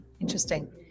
Interesting